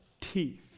teeth